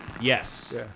Yes